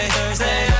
Thursday